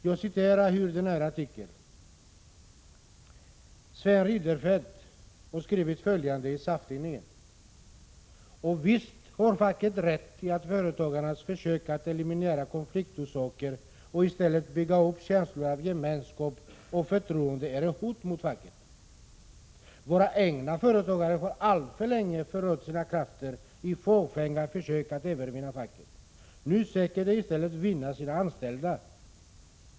Jag citerar ur den artikel: ”För någon tid sedan skrev Sven Rydenfelt följande i SAF-tidningen: ”Och visst har facket rätt i att företagarnas försök att eliminera konfliktorsaker och istället bygga upp känslor av gemenskap och förtroende är ett hot mot facket”... ”Våra egna företagare har alltför länge förött sina krafter i fåfänga försök att övervinna facket. Nu söker de i stället vinna sina anställda.